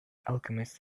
alchemist